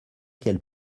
qu’elle